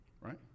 Right